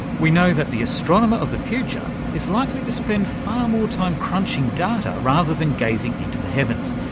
we know that the astronomer of the future is likely to spend far more time crunching data rather than gazing into the heavens.